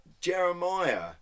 Jeremiah